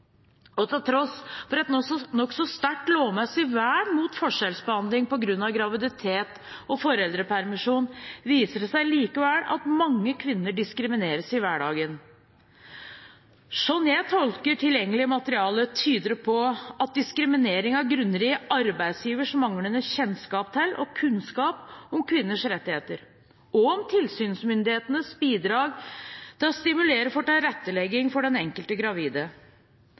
Til tross for et nokså sterkt lovmessig vern mot forskjellsbehandling på grunn av graviditet og foreldrepermisjon viser det seg at mange kvinner diskrimineres i hverdagen. Slik jeg har tolket tilgjengelig materiale, ser det ut som om diskrimineringen grunner i arbeidsgivers manglende kjennskap til og kunnskap om kvinners rettigheter og om tilsynsmyndighetenes bidrag til å stimulere for tilrettelegging for den enkelte gravide.